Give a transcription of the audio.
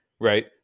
right